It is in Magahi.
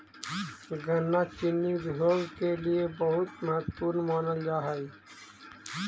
गन्ना चीनी उद्योग के लिए बहुत महत्वपूर्ण मानल जा हई